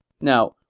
Now